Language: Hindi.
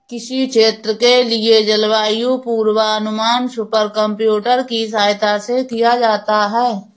किसी क्षेत्र के लिए जलवायु पूर्वानुमान सुपर कंप्यूटर की सहायता से किया जाता है